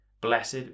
Blessed